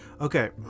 Okay